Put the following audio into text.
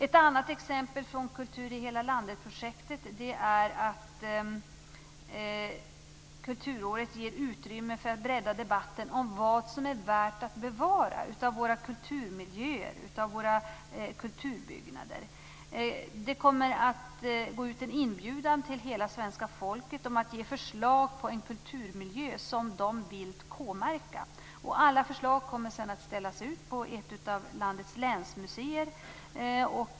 Ett annat exempel från projektet Kultur i hela landet är att kulturåret ger utrymme för att bredda debatten om vad som är värt att bevara av våra kulturmiljöer och kulturbyggnader. Det kommer att gå ut en inbjudan till hela svenska folket att ge förslag på en kulturmiljö som man vill k-märka. Alla förslag kommer sedan att ställas ut på ett av landets länsmuseer.